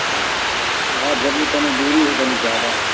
हँ हँ जेन्नी तेन्नी दूरी हइ तनी जादा